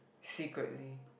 secretly